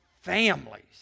families